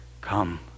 come